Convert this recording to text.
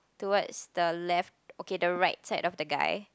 towards the left okay the right side of the guy